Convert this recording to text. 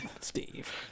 Steve